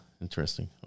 interesting